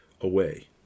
away